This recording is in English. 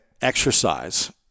exercise